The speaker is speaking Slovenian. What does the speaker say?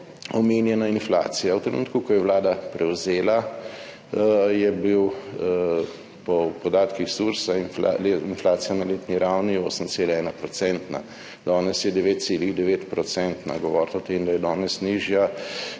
omenjena inflacija. V trenutku, ko je Vlada prevzela je bil po podatkih Sursa in inflacija na letni ravni 8,1 %, danes je 9,9 %. Govoriti o tem, da je danes nižja,